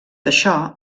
això